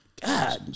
God